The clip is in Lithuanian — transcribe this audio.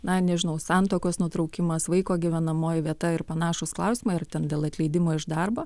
na nežinau santuokos nutraukimas vaiko gyvenamoji vieta ir panašūs klausimai ar dėl atleidimo iš darbo